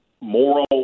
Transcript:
moral